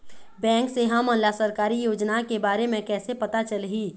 Bank से हमन ला सरकारी योजना के बारे मे कैसे पता चलही?